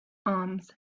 arms